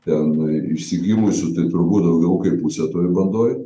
ten išsigimusių tai turbūt daugiau kaip pusė toj bandoj